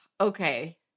Okay